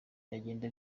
byagenda